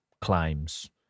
claims